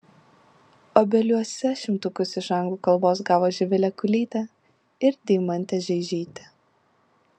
obeliuose šimtukus iš anglų kalbos gavo živilė kulytė ir deimantė žeižytė